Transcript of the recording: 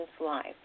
life